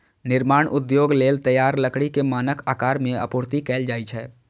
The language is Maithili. निर्माण उद्योग लेल तैयार लकड़ी कें मानक आकार मे आपूर्ति कैल जाइ छै